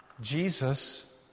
Jesus